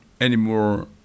anymore